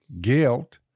guilt